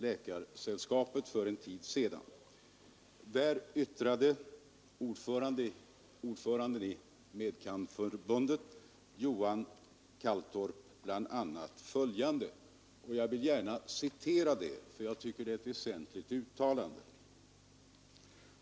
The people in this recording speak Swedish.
I diskussionen som förekom på Svenska läk yttrade Johan Calltorp, som företrädde de medicine studerande, bl.a. följande, som jag gärna vill citera eftersom jag tycker det är ett väsentligt uttalande.